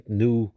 new